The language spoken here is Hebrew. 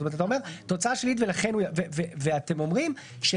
ואתם אומרים,